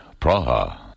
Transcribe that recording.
Praha